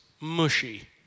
mushy